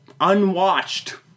unwatched